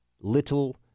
little